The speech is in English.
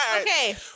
Okay